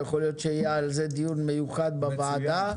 יכול להיות שיהיה על זה דיון מיוחד בוועדה.